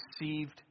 deceived